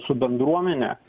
su bendruomene